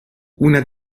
una